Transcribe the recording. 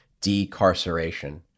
decarceration